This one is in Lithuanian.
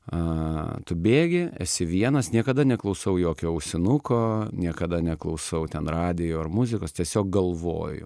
a tu bėgi esi vienas niekada neklausau jokio ausinuko niekada neklausau ten radijo ar muzikos tiesiog galvoju